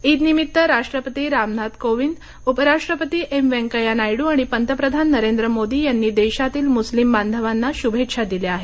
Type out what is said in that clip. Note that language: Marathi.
ईदनिमित्त राष्ट्रपती रामनाथ कोविंद उपराष्ट्रपती एम व्यंकय्या नायडू आणि पंतप्रधान नरेंद्र मोदी यांनी देशातील मुस्लीम बांधवाना शुभेच्छा दिल्या आहेत